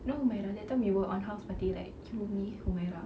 know when that time we were on house party right you me humairah